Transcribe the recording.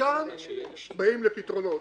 כאן באים לפתרונות.